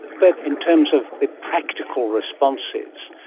but in terms of the practical responses,